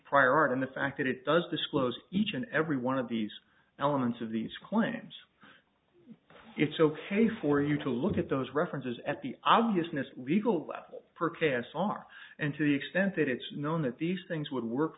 prior art and the fact that it does disclose each and every one of these elements of these claims it's ok for you to look at those references at the obviousness legal level for k s r and to the extent that it's known that these things would work